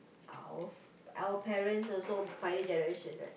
our parents also pioneer generation right